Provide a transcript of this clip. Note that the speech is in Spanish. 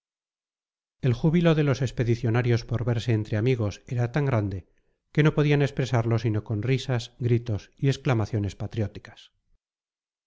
el júbilo de los expedicionarios por verse entre amigos era tan grande que no podían expresarlo sino con risas gritos y exclamaciones patrióticas